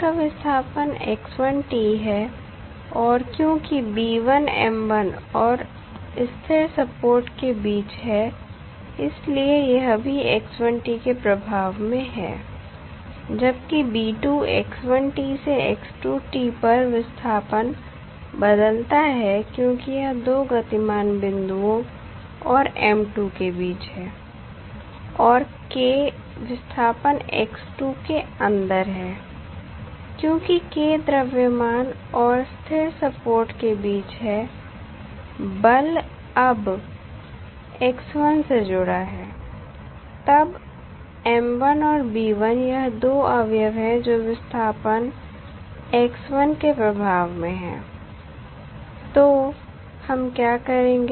का विस्थापन है और क्योंकि और स्थिर सपोर्ट के बीच है इसलिए यह भी के प्रभाव में है जबकि से पर विस्थापन बदलता है क्योंकि यह दो गतिमान बिंदुओं और के बीच है और K विस्थापन के अंदर है क्योंकि K द्रव्यमान और स्थिर सपोर्ट के बीच है बल अब से जुड़ा है तब और यह दो अवयव हैं जो विस्थापन के प्रभाव में हैं तो हम क्या करेंगे